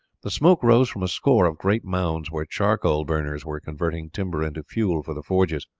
the smoke rose from a score of great mounds, where charcoal-burners were converting timber into fuel for the forges.